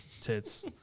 tits